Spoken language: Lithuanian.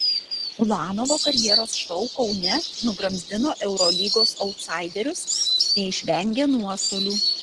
ulanovo karjeros šou kaune nugramzdino eurolygos autsaiderius neišvengė nuostolių